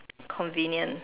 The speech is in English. convenient